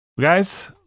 guys